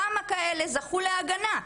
כמה כאלה זכו להגנה.